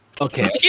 Okay